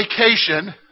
vacation